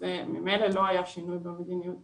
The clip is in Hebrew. שזה ממילא לא היה שינוי במדיניות